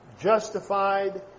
justified